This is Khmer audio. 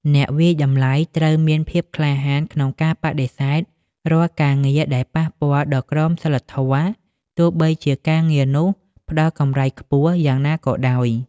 អ្នកវាយតម្លៃត្រូវមានភាពក្លាហានក្នុងការបដិសេធរាល់ការងារដែលប៉ះពាល់ដល់ក្រមសីលធម៌ ទោះបីជាការងារនោះផ្តល់កម្រៃខ្ពស់យ៉ាងណាក៏ដោយ។